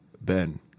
Ben